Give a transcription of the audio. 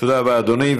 תודה רבה, אדוני.